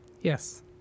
Yes